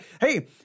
hey